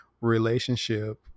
relationship